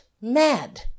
mad